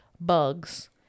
bugs